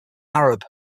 arab